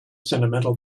sentimental